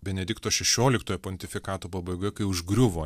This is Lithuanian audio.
benedikto šešioliktojo pontifikato pabaigoje kai užgriuvo